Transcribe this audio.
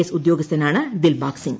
S ഉദ്യോഗസ്ഥനാണ് ദിൽബാഗ് സിങ്ങ്